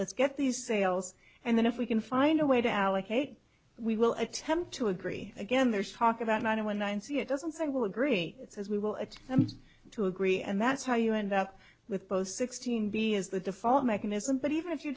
let's get these sales and then if we can find a way to allocate we will attempt to agree again there is talk about money when one see it doesn't say i will agree it's as we will it's to agree and that's how you end up with both sixteen b is the default mechanism but even if you